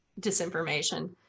disinformation